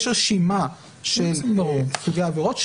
יש רשימה של עבירות,